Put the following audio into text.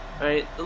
right